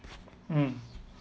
mm